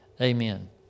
Amen